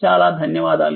చాలా ధన్యవాదాలు